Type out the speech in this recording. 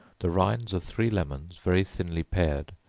the rinds of three lemons very thinly pared,